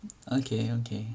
okay okay